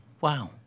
Wow